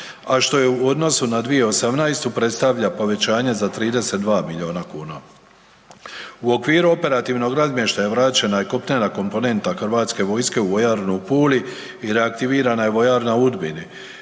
a što je u odnosu na 2018. predstavlja povećanje za 32 miliona kuna. U okviru operativnog razmještaja vraćena je kopnena komponenta Hrvatske vojske u vojarnu u Puli i reaktivirana je vojarna u Udbini.